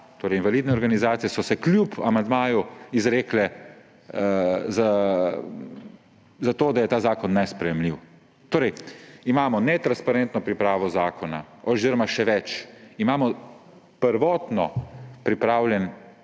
invalidne organizacije so se kljub amandmaju izrekle za to, da je ta zakon nesprejemljiv. Torej imamo netransparentno pripravo zakona. Oziroma še več, imamo prvotno pripravljen